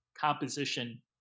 composition